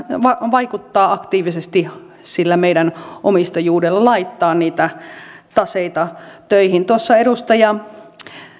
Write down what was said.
vaikuttaa aktiivisesti sillä meidän omistajuudella laittaa niitä taseita töihin edustaja